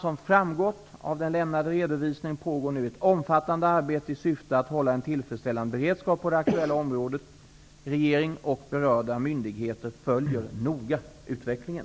Som har framgått av den lämnade redovisningen pågår ett omfattande arbete i syfte att hålla en tillfredsställande beredskap på det aktuella området. Regeringen och berörda myndigheter följer noga utvecklingen.